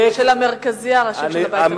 של המרכזייה, לא של אובמה.